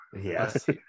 Yes